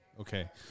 Okay